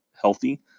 healthy